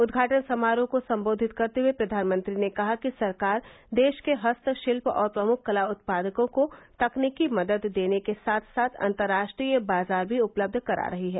उदघाटन समारोह को सम्बोधित करते हये प्रधानमंत्री ने कहा कि सरकार देश के हस्तशिल्प और प्रमुख कला उत्पादकों को तकनीकी मदद देने के साथ साथ अन्तर्राष्ट्रीय बाजार भी उपलब्ध करा रही है